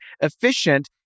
efficient